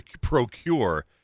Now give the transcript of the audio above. procure